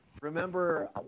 remember